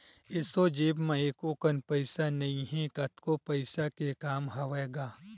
एसो जेब म एको कन पइसा नइ हे, कतको पइसा के काम हवय गा